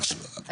כן.